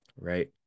right